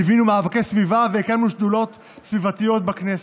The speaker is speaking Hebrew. ליווינו מאבקי סביבה והקמנו שדולות סביבתיות בכנסת.